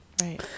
Right